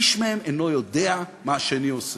איש מהם אינו יודע מה השני עושה,